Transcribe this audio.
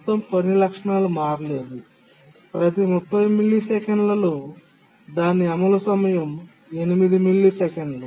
మొత్తం పని లక్షణాలు మారలేదు ప్రతి 30 మిల్లీసెకన్లలో దాని అమలు సమయం 8 మిల్లీసెకన్లు